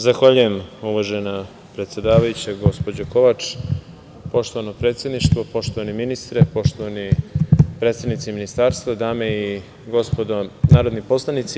Zahvaljujem, uvažena predsedavajuća, gospođo Kovač, poštovano predsedništvo, poštovani ministre, poštovani predstavnici ministarstva, dame i gospodo narodni poslanici.